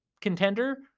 contender